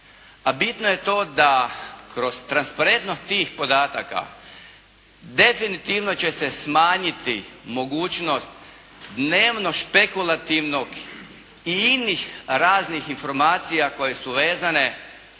Pa bitno je to da kroz transparentnost tih podataka definitivno će se smanjiti mogućnost dnevno špekulativnog i inih raznih informacija koje su vezane